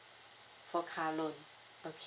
for car loan okay